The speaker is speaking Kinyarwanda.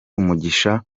umugisha